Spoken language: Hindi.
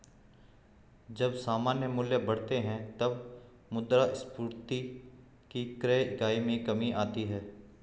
जब सामान्य मूल्य बढ़ते हैं, तब मुद्रास्फीति की क्रय इकाई में कमी आती है